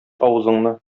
авызыңны